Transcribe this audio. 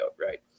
Right